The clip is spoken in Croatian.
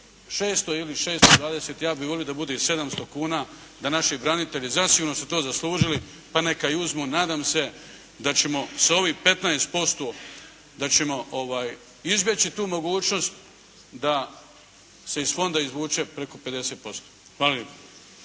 600 ili 620, ja bih volio da bude i 700 kuna da naši branitelji zasigurno su to zaslužili pa neka i uzmu. Nadam se da ćemo sa ovih 15%, da ćemo izbjeći tu mogućnost da se iz fonda izvuče preko 50%. Hvala